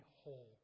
whole